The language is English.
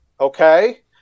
okay